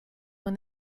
when